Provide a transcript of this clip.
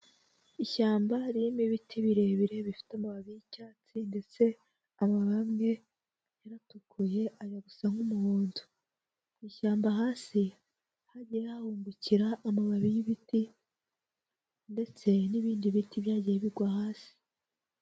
Ishyamba ririmo ibiti birebire bifite amababi y'icyatsi ndetse amababi amwe yaratukuye ajya gusa nk'umuhondo, mu ishyamba hasi hagiye hahungukira amababi y'ibiti ndetse n'ibindi biti byagiye bigwa hasi.